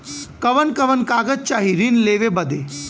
कवन कवन कागज चाही ऋण लेवे बदे?